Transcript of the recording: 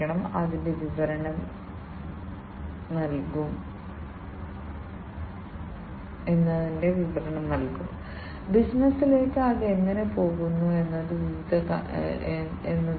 വ്യാവസായിക സാഹചര്യങ്ങളിൽ ഈ സെൻസറുകൾ വിന്യസിക്കേണ്ടതുണ്ട് സാധാരണയായി ധാരാളം അനലോഗ് ഡാറ്റയും ഡിജിറ്റൽ ഡാറ്റയും ധാരാളം ഡാറ്റയും മാത്രമല്ല സ്വഭാവത്തിൽ വലിയ ഡാറ്റയും ശേഖരിക്കാൻ പോകുന്നു